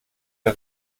der